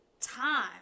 time